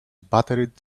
buttered